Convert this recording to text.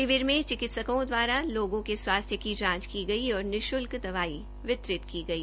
शिविर में चिकित्सकों द्वारा लोगों के स्वास्थ्य की जांच की गई और निशुल्क दवाई वितरित की गई